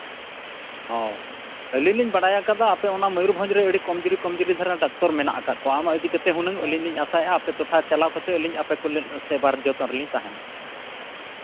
ᱦᱚᱸ ᱟᱹᱞᱤᱧ ᱞᱤᱧ ᱵᱟᱲᱟᱭ ᱟᱠᱟᱫᱟ ᱟᱯᱮ ᱚᱱᱟ ᱢᱚᱭᱩᱨᱵᱷᱚᱸᱡᱽ ᱨᱮ ᱟᱹᱰᱤ ᱠᱚᱢᱡᱩᱨᱤ ᱠᱚᱢᱡᱩᱨᱤ ᱫᱷᱟᱨᱟ ᱰᱟᱠᱛᱚᱨ ᱢᱮᱱᱟᱜ ᱟᱠᱟᱜ ᱠᱚᱣᱟ ᱚᱱᱟ ᱤᱫᱤ ᱠᱟᱛᱮᱫ ᱦᱩᱱᱟᱹᱝ ᱟᱹᱞᱤᱧ ᱞᱤᱧ ᱟᱥᱟᱭᱮᱜᱼ ᱟᱯᱮ ᱴᱚᱴᱷᱟ ᱪᱟᱞᱟᱣ ᱠᱟᱛᱮᱫ ᱟᱹᱞᱤᱧ ᱟᱯᱮ ᱠᱚᱞᱤᱧ ᱥᱮᱵᱟ ᱡᱚᱛᱚᱱ ᱨᱮᱞᱤᱧ ᱛᱟᱦᱮᱱᱟ